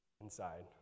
inside